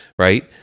Right